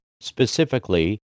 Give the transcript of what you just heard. Specifically